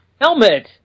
Helmet